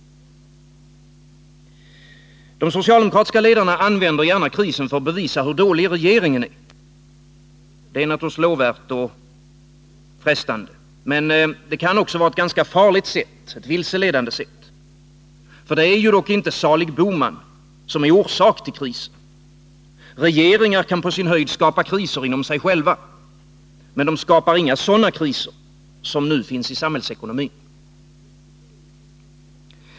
De socialdemokratiska ledarna använder gärna krisen för att bevisa hur dålig regeringen är. Det är naturligtvis lovvärt och frestande, men det kan också vara ett ganska farligt sätt att vilseleda. Det är dock inte salig Bohman som är orsak till krisen. Regeringar kan på sin höjd skapa kriser inom sig själva. Men de skapar inga sådana kriser som nu finns i samhällsekonomin.